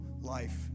life